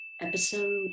Episode